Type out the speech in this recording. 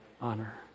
honor